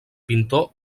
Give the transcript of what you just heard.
pintor